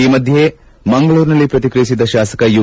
ಈ ಮಧ್ಯೆ ಮಂಗಳೂರಿನಲ್ಲಿ ಪ್ರತಿಕ್ರಿಯಿಸಿದ ಶಾಸಕ ಯು